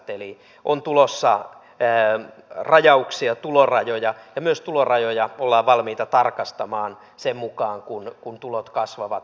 eli on tulossa rajauksia ja tulorajoja ja myös tulorajoja ollaan valmiita tarkastamaan sen mukaan kun tulot kasvavat